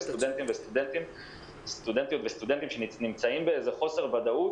סטודנטים וסטודנטיות שנמצאים בחוסר ודאות,